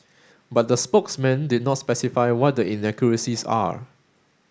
but the spokesman did not specify what the inaccuracies are